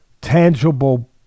tangible